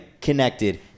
connected